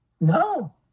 No